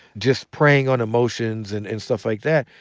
just preying on emotions and and stuff like that,